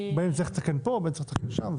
בין אם נצטרך לתקן פה ובין אם נצטרך לתקן שם,